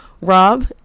Rob